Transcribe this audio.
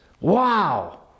Wow